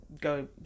go